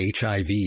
HIV